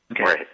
Okay